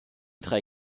drei